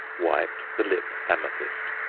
white, the lip amethyst.